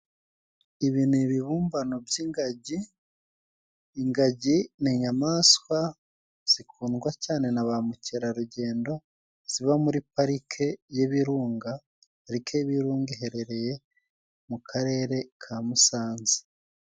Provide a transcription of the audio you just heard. Ibi ni ibibumbano by'ingagi. Ingagi ni inyamaswa zikundwa cyane na ba mukerarugendo ziba muri parike y'ibirunga. Parike y'ibirunga iherereye mu karere ka Musanze.